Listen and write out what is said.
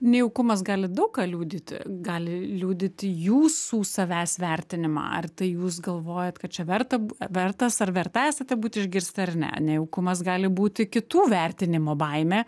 nejaukumas gali daug ką liudyti gali liudyti jūsų savęs vertinimą ar tai jūs galvojat kad čia verta vertas ar verta esate būt išgirsti ar ne nejaukumas gali būti kitų vertinimo baimė